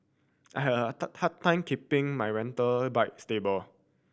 I had a hard time keeping my rental bike stable